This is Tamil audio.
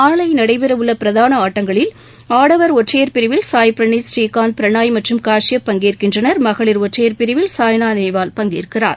நாளை நடைபெறவுள்ள பிரதான ஆட்டங்களில் ஆடவர் ஒற்றையர் பிரிவில் சாய் ப்ரிணீத் புரீகாந்த் பிரனாய் மற்றும் காஷியப் பங்கேற்கின்றனர் மகளிர் ஒற்றையர் பிரிவில் சாய்னா நேவால் பங்கேற்கிறார்